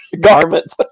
garments